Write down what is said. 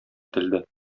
ителде